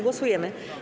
Głosujemy.